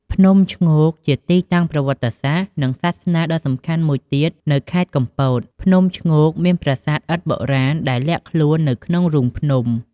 ភ្នំឈ្ងោក ជាទីតាំងប្រវត្តិសាស្ត្រ និងសាសនាដ៏សំខាន់មួយទៀតនៅខេត្តកំពត ភ្នំឈ្ងោកមានប្រាសាទឥដ្ឋបុរាណដែលលាក់ខ្លួននៅក្នុងរូងភ្នំ។